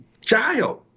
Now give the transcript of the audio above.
child